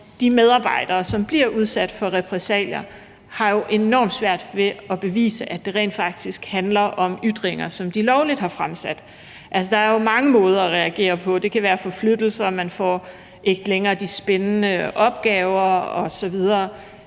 de medarbejdere, som bliver udsat for repressalier, har enormt svært ved at bevise, at det rent faktisk handler om ytringer, som de lovligt har fremsat. Altså, der er jo mange måder at reagere på – det kan være forflyttelse, eller at man ikke længere får de spændende opgaver osv.